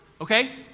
okay